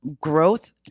growth